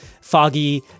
foggy